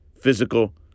Physical